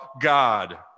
God